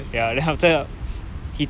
okay orh ya oh ya